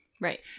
Right